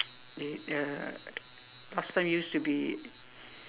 they uh last time used to be